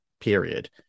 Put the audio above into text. period